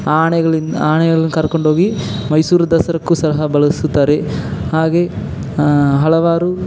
ಆ ಆನೆಗಳಿಂದ ಆನೆಗಳನ್ನು ಕರ್ಕೊಂಡ್ಹೋಗಿ ಮೈಸೂರು ದಸ್ರಾಕ್ಕೂ ಸಹ ಬಳಸುತ್ತಾರೆ ಹಾಗೆ ಹಲವಾರು